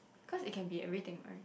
cause it can be everything right